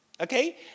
okay